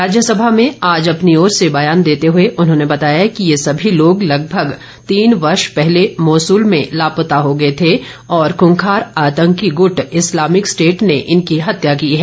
राज्यसभा में आज अपनी ओर से बयान देते हुए उन्होंने बताया कि यह सभी लोग लगभग तीन वर्ष पहले मोसूल में लापता हो गये थे और खुंखार आतंकी गूट इस्लामिक स्टेट ने इनकी हत्या की है